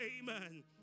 amen